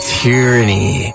tyranny